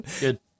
Good